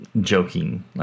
joking